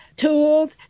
Tools